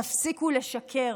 תפסיקו לשקר.